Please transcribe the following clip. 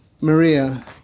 Maria